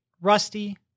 rusty